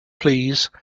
please